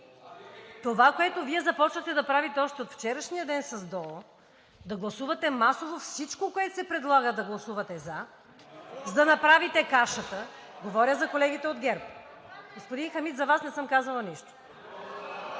Това, което Вие започнахте да правите още от вчерашния ден с ДОО, да гласувате масово всичко, което се предлага, да гласувате за, за да правите кашата – говоря за колегите от ГЕРБ. (Шум и реплики.) Господин Хамид за Вас не съм казала нищо.